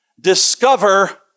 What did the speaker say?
discover